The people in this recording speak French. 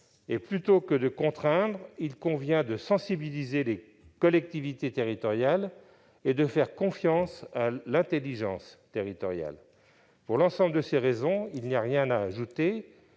Plutôt que de contraindre, il convient de sensibiliser les collectivités territoriales et de faire confiance à l'intelligence territoriale. Pour l'ensemble de ces raisons, il n'y a rien à ajouter